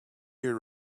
your